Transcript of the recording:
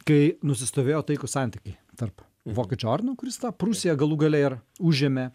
kai nusistovėjo taikūs santykiai tarp vokiečių ordino kuris tą prūsiją galų gale ir užėmė